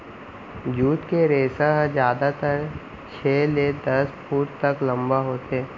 jute के रेसा ह जादातर छै ले दस फूट तक लंबा होथे